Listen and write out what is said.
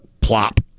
Plop